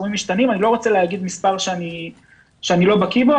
אני לא רוצה להגיד מספר שאני לא בקיא בו